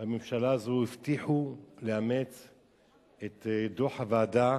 הממשלה הזאת הבטיחו לאמץ את דוח הוועדה.